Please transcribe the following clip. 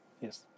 Yes